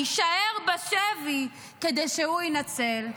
להישאר בשבי כדי שהוא יינצל.